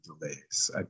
delays